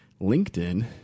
LinkedIn